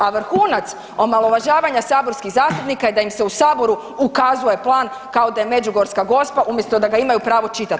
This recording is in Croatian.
A vrhunac omalovažavanja saborskih zastupnika je da im se u saboru ukazuje plan kao da je međugorska Gospa umjesto da ga imaju pravo čitat.